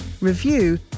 review